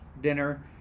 dinner